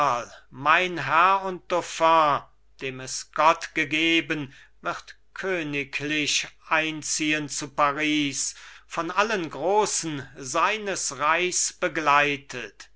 mein herr und dauphin dem es gott gegeben wird königlich einziehen zu paris von allen großen seines reichs begleitet